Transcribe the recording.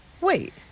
wait